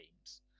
games